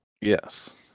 Yes